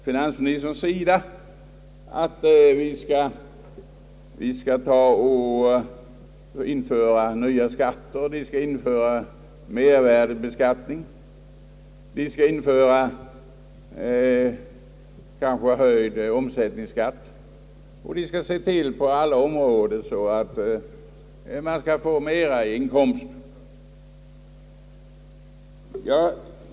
Finansministern säger att vi skall införa nya skatter, att vi skall införa mervärdebeskattning och kanske höjd omsättningsskatt och att vi på alla områden skall se till att statens inkomster stiger.